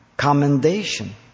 commendation